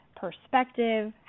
perspective